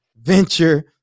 venture